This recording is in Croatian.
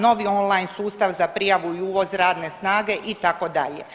Novi online sustav za prijavu i uvoz radne snage itd.